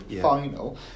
final